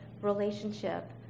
relationship